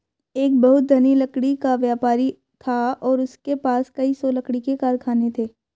एक बहुत धनी लकड़ी का व्यापारी था और उसके पास कई सौ लकड़ी के कारखाने थे